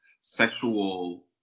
sexual